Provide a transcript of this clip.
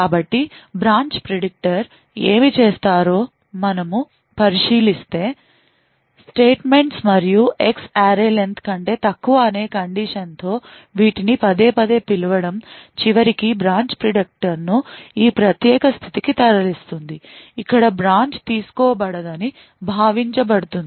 కాబట్టి branch predictor ఏమి చేస్తారో మనిము పరిశీలిస్తే స్టేట్మెంట్స్ మరియు X array len కంటే తక్కువ అనే condition తో వీటిని పదేపదే పిలవడం చివరికి బ్రాంచ్ ప్రిడిక్టర్ను ఈ ప్రత్యేక స్థితికి తరలిస్తుంది ఇక్కడ బ్రాంచ్ తీసుకోబడదని భావించబడుతుంది